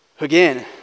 Again